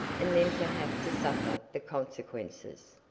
and then to have to suffer the consequences.